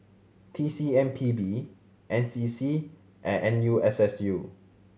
T C M P B N C C and N U S S U